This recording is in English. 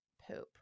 poop